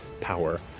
power